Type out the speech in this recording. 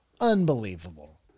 Unbelievable